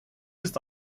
ist